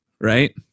Right